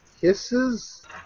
kisses